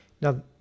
Now